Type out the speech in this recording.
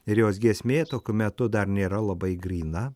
ir jos giesmė tokiu metu dar nėra labai gryna